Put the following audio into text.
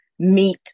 meet